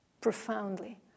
profoundly